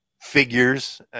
figures